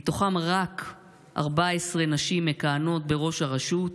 מתוכן רק 14 נשים מכהנות בראש הרשות,